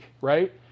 right